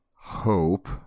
hope